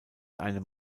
einem